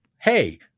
hey